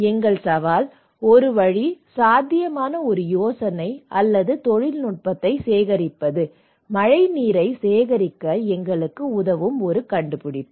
எங்கள் சவால் ஒரு வழி சாத்தியமான ஒரு யோசனை அல்லது தொழில்நுட்பத்தை சேகரிப்பது மழைநீரை சேகரிக்க எங்களுக்கு உதவும் ஒரு கண்டுபிடிப்பு